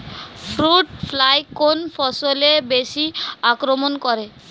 Fruit fly কোন ফসলে বেশি আক্রমন করে?